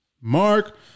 Mark